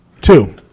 Two